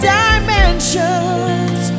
dimensions